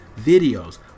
videos